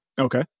Okay